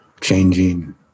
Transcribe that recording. changing